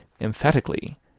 emphatically